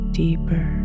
deeper